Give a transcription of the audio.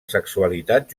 sexualitat